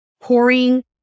pouring